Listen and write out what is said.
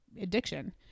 addiction